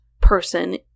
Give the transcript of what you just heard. person